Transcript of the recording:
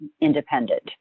independent